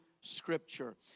Scripture